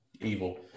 evil